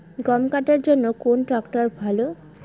গম কাটার জন্যে কোন ট্র্যাক্টর ভালো?